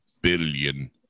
billion